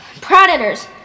Predators